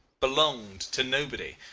belonged to nobody,